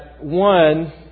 one